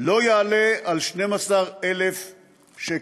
לא יעלה על 12,000 שקל.